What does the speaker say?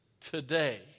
today